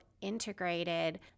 integrated